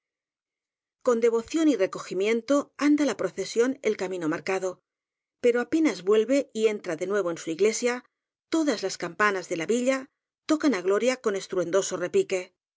con devoción y recogimiento anda la procesión el camino marcado pero apenas vuelve y entra de nuevo en su iglesia todas las campanas de la villa tocan á gloria con estruendoso repique